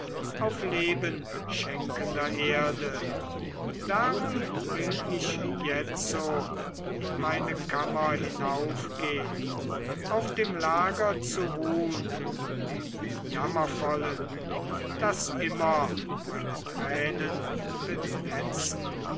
auf lebenschenkender erde darum will ich jetzo in meine kammer hinaufgehn auf dem lager zu ruhn dem jammervollen das immer meine tränen benetzen